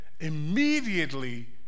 Immediately